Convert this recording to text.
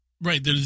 Right